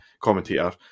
commentator